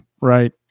right